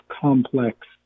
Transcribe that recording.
complex